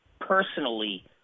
personally